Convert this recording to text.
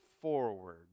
forward